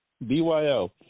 byo